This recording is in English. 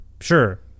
sure